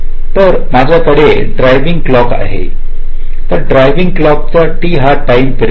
तर माझ्या कडे ड्रायविंग क्लॉक आहे तर ड्रायविंग क्लॉक चा T हा टाईम पिरियड आहे